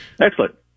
Excellent